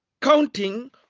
counting